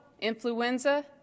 influenza